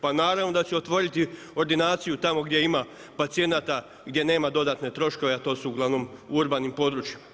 Pa naravno da će otvoriti ordinaciju tamo gdje ima pacijenata, gdje nema dodatne troškove, a to su ugl. u urbanim područjima.